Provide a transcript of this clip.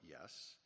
Yes